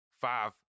five